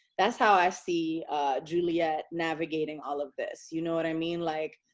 that's how i see juliet navigating all of this. you know what i mean? like,